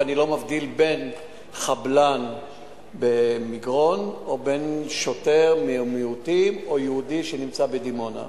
ואני לא מבדיל בין חבלן במגרון ושוטר מהמיעוטים ויהודי שנמצא בדימונה.